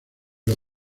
los